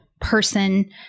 person